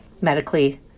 medically